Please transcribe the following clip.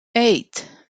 eight